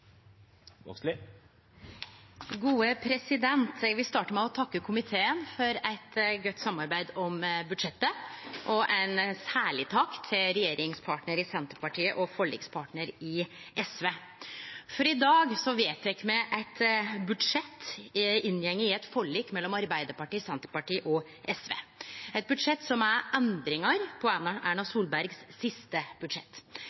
vil starte med å takke komiteen for eit godt samarbeid om budsjettet – og ein særleg takk til regjeringspartnar Senterpartiet og forlikspartnar SV. For i dag vedtek me eit budsjett etter eit forlik inngått mellom Arbeidarpartiet, Senterpartiet og SV, eit budsjett som er endringar på Erna Solbergs siste budsjett.